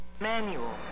manual